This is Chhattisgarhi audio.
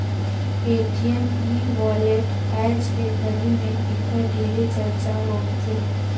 पेटीएम ई वॉलेट आयज के घरी मे ऐखर ढेरे चरचा होवथे